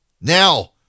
Now